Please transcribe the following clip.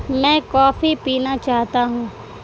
میں کافی پینا چاہتا ہوں